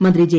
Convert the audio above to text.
മന്ത്രി ജെ